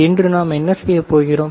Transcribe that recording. இன்று நாம் என்ன செய்யப்போகிறோம்